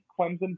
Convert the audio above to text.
Clemson